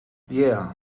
yeah